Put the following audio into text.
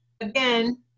again